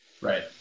Right